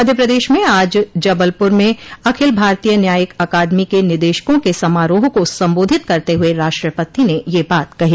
मध्य प्रदेश में आज जबलपुर में अखिल भारतीय न्यायिक अकादमी के निदेशकों के समारोह को सम्बाधित करते हुए राष्ट्रपति ने यह बात कही